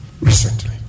recently